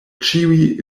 ĉiuj